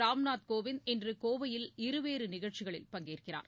ராம் நாத் கோவிந்த் இன்று கோவையில் இருவேறு நிகழ்ச்சிகளில் பங்கேற்கிறார்